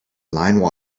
line